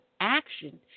action